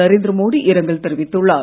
நரேந்திரமோடி இரங்கல் தெரிவித்துள்ளார்